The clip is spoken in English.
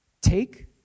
take